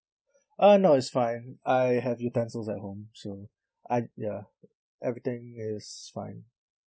uh no it's fine I have utensils at home so I ya everything is fine